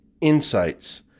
insights